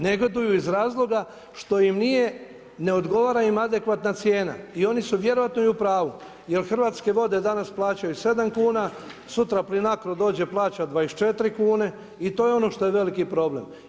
Negoduju iz razloga što im nije, ne odgovara im adekvatna cijena i oni su vjerojatno u pravu, jer Hrvatske vode danas plaćaju 7 kuna, sutra … dođe plaća 24 kune i to je ono što je veliki problem.